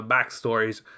Backstories